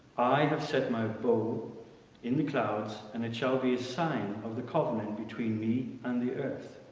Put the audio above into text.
i have set my bow in the clouds and it shall be a sign of the covenant between me and the earth.